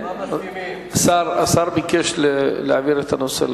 השר ביקש להעביר את הנושא לוועדה.